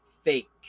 fake